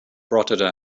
rotterdam